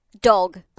Dog